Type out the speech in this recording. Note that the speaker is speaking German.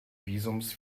visums